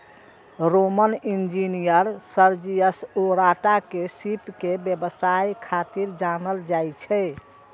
Roman engineer Sergius Orata के सीप के व्यवसाय खातिर जानल जाइ छै